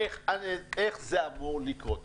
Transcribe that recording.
איך זה אמור לקרות.